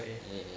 ya ya